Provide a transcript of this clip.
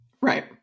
Right